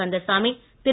Kandasamy Thiru